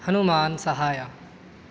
हनुमान्सहायः